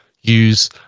use